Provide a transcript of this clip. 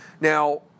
Now